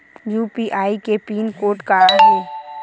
UPI के pin code का हे?